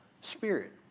spirit